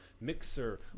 mixer